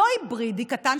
לא היברידי קטן,